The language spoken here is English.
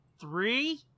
Three